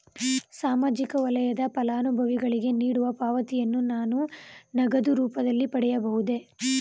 ಸಾಮಾಜಿಕ ವಲಯದ ಫಲಾನುಭವಿಗಳಿಗೆ ನೀಡುವ ಪಾವತಿಯನ್ನು ನಾನು ನಗದು ರೂಪದಲ್ಲಿ ಪಡೆಯಬಹುದೇ?